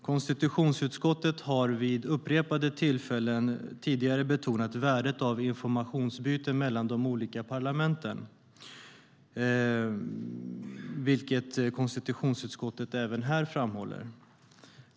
Konstitutionsutskottet har vid upprepade tillfällen tidigare betonat värdet av informationsutbyte mellan de olika parlamenten och framhåller detta även här.